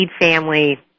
family